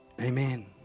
Amen